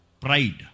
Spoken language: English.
Pride